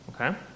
Okay